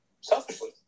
selfishly